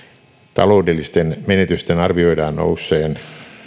taloudellisten menetysten arvioidaan nousseen